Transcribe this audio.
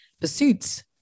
pursuits